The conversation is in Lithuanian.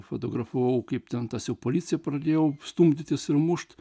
fotografavau kaip ten tas jau policija pradėjo stumdytis ir mušt